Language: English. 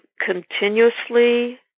continuously